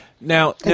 now